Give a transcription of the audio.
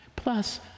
Plus